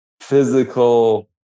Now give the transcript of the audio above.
physical